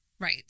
right